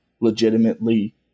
legitimately